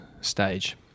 stage